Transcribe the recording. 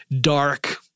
dark